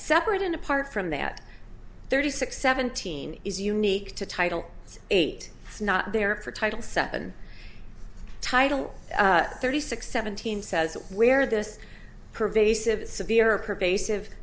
separate and apart from that thirty six seventeen is unique to title eight it's not there for title seven title thirty six seventeen says where this pervasive severe or pervasive